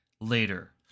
later